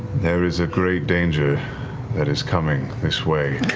there is a great danger that is coming this way.